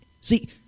See